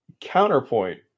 counterpoint